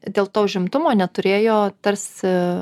dėl to užimtumo neturėjo tarsi